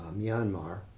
Myanmar